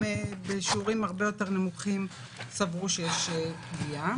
בשיעורים הרבה יותר נמוכים סברו שיש פגיעה.